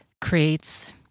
creates